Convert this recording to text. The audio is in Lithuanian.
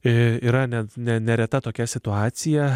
yra ne ne nereta tokia situacija